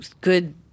good